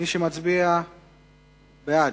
מי שמצביע בעד,